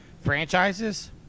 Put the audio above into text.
franchises